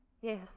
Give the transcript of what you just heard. Yes